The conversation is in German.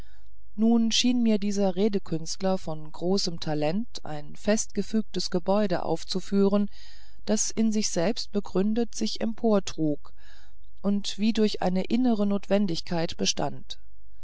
nun schien mir dieser redekünstler mit großem talent ein fest gefügtes gebäude aufzuführen das in sich selbst begründet sich emportrug und wie durch eine innere notwendigkeit bestand